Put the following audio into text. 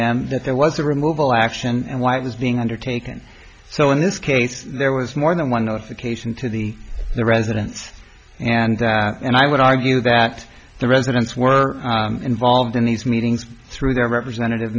them that there was a removal action and why it was being undertaken so in this case there was more than one notification to the the residence and that and i would argue that the residents were involved in these meetings through their representative